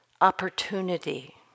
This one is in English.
opportunity